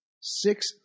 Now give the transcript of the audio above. six